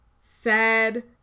Sad